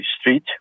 street